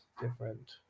different